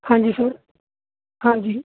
ਹਾਂਜੀ ਸਰ ਹਾਂਜੀ